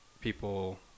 people